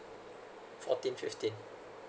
fourteen fifteen